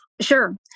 Sure